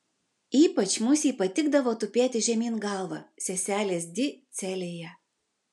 ypač musei patikdavo tupėti žemyn galva seselės di celėje